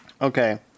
Okay